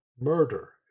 murder